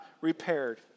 repaired